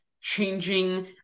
changing